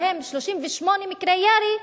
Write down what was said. בהם 38 מקרי ירי,